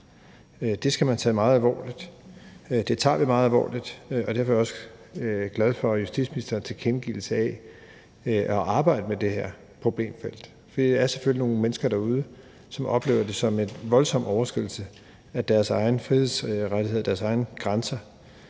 Det skal man tage meget alvorligt, og det tager vi meget alvorligt. Derfor er vi også glade for justitsministerens tilkendegivelse af at arbejde med det her problemfelt. Der er selvfølgelig nogle mennesker, som oplever det som en voldsom overskridelse af deres egne frihedsrettigheder og deres egne grænser,